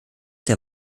der